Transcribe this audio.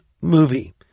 movie